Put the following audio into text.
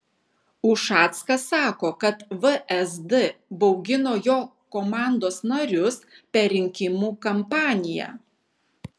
ušackas sako kad vsd baugino jo komandos narius per rinkimų kampaniją